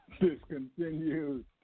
discontinued